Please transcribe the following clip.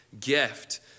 gift